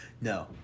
No